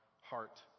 heart